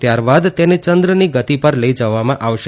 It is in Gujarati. ત્યારબાદ તેને ચંદ્રની ગતિ પર લઇ જવામાં આવશે